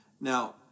Now